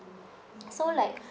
so like